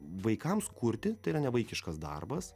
vaikams kurti tai yra nevaikiškas darbas